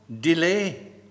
delay